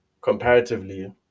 comparatively